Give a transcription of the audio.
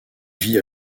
vit